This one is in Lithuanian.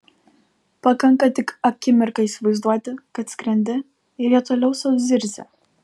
pakanka tik akimirką įsivaizduoti kad skrendi ir jie toliau sau zirzia